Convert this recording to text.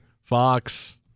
Fox